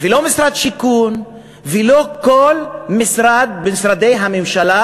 ולא משרד השיכון ולא שום משרד ממשרדי הממשלה